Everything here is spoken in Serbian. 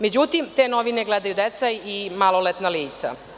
Međutim, te novine gledaju deca i maloletna lica.